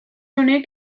honek